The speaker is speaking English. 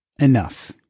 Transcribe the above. enough